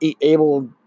able